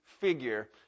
figure